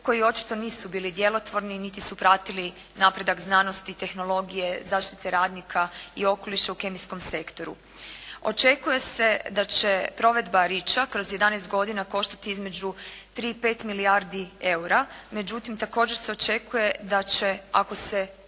koji očito nisu bili djelotvorni niti su pratili napredak znanosti i tehnologije, zaštite radnika i okoliša u kemijskom sektoru. Očekuje se da će provedba REACHA kroz 11 godina koštati između 3 i 5 milijardi eura. Međutim, također se očekuje da će ako se